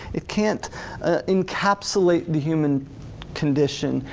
it can't encapsulate the human condition,